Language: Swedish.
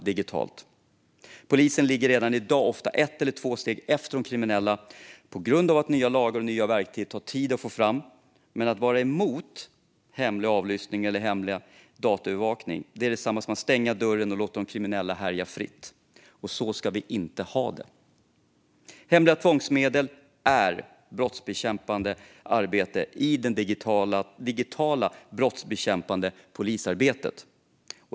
Redovisning av användningen av hemliga tvångsmedel under 2021 Polisen ligger redan i dag ofta ett eller två steg efter de kriminella på grund av att nya lagar och nya verktyg tar tid att få fram. Men att vara emot hemlig avlyssning eller hemlig dataövervakning är detsamma som att stänga dörren och låta de kriminella härja fritt. Och så ska vi inte ha det. Hemliga tvångsmedel är brottsförebyggande arbete i det digitala brottsbekämpande polisarbetet.